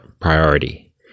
priority